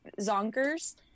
zonkers